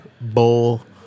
Bowl